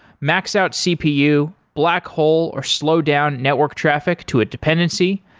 max out cpu, black hole or slow down network traffic to a dependency,